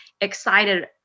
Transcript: excited